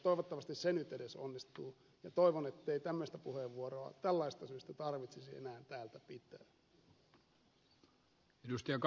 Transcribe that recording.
toivottavasti se nyt edes onnistuu ja toivon ettei tämmöistä puheenvuoroa tällaisista syistä tarvitsisi enää täältä pitää